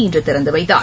இன்றுதிறந்துவைத்தார்